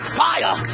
fire